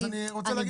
אז אני רוצה להגיד.